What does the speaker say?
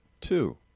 two